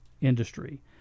industry